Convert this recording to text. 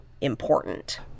important